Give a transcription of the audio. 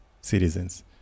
citizens